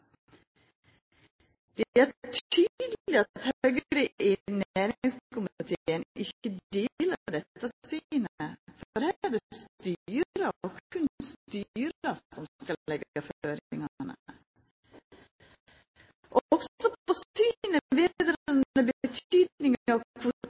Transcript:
Det er tydeleg at Høgre i næringskomiteen ikkje deler dette synet. Her er det styra og berre styra som skal leggja føringane. Også når det gjeld synet på